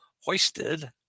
hoisted